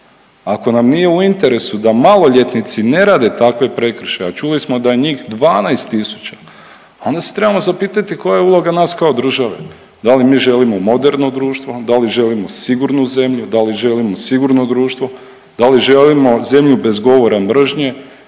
ako nam nije u interesu da maloljetnici ne rade takve prekršaje, a čuli smo da je njih 12 000, onda se trebamo zapitati koja je uloga nas kao države. Da li mi želimo moderno društvo, da li želimo sigurnu zemlju, da li želimo sigurno društvo, da li želimo zemlju bez govora mržnje,